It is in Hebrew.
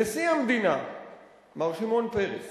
נשיא המדינה מר שמעון פרס